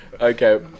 Okay